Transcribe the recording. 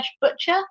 butcher